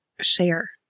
share